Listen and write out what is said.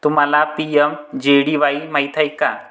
तुम्हाला पी.एम.जे.डी.वाई माहित आहे का?